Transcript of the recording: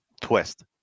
twist